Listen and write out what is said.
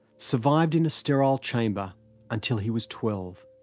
survived in a sterile chamber until he was twelve.